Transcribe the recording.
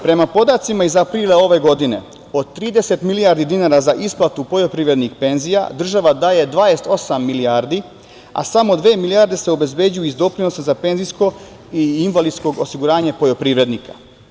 Prema podacima iz aprila ove godine od trideset milijardi dinara za isplatu poljoprivrednih penzija država daje 28 milijardi, a samo dve milijarde se obezbeđuju iz doprinosa za penzijsko i invalidsko osiguranje poljoprivrednika.